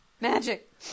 Magic